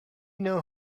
know